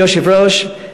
אדוני היושב-ראש,